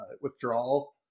withdrawal